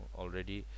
already